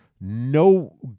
no